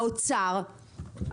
האוצר,